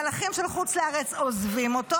המלאכים של חוץ לארץ עוזבים אותו